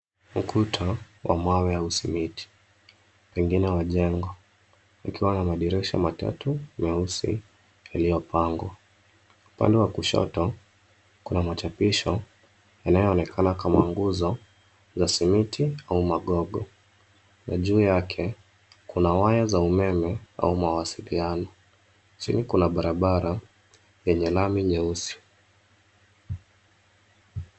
Ukuta wa mawe au simiti, pengine wa jengo yakiwa na madirisha matatu meusi yaliyopangwa. Upande wa kushoto kuna machapisho yanayoonekana kama nguzo ya simiti au magogo na juu yake kuna waya za umeme au mawasiliano. Chini kuna barabara yenye lami nyeusi.